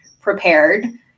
prepared